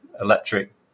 electric